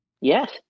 Yes